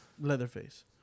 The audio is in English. Leatherface